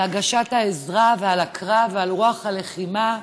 על הגשת העזרה ועל הקרב ועל רוח הלחימה.